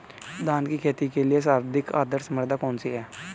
धान की खेती के लिए सर्वाधिक आदर्श मृदा कौन सी है?